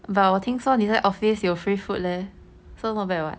but 我听说你在 office 有 free food leh so not bad what